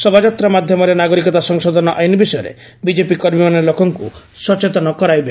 ଶୋଭାଯାତ୍ରା ମାଧ୍ୟମରେ ନାଗରିକତା ସଂଶୋଧନ ଆଇନ ବିଷୟରେ ବିଜେପି କର୍ମୀମାନେ ଲୋକଙ୍କୁ ସଚେତନ କରାଇବେ